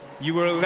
you were